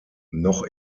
noch